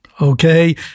Okay